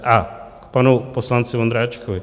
A k panu poslanci Vondráčkovi.